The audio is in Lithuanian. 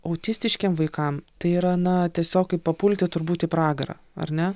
autistiškiem vaikam tai yra na tiesiog kaip papulti turbūt į pragarą ar ne